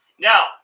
Now